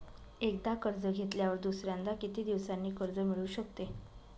एकदा कर्ज घेतल्यावर दुसऱ्यांदा किती दिवसांनी कर्ज मिळू शकते?